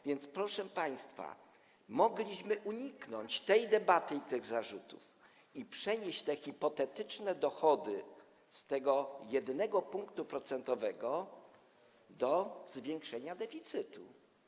A więc, proszę państwa, mogliśmy uniknąć tej debaty i tych zarzutów i przenieść te hipotetyczne dochody z tego jednego punktu procentowego, jeśli chodzi o zwiększenie deficytu.